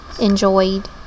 enjoyed